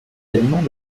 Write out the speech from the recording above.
aliments